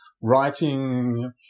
writing